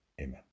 Amen